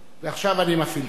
ועכשיו אני מפעיל את השעון.